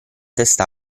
testa